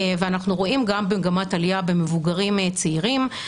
ואנחנו רואים גם מגמת עלייה במבוגרים צעירים.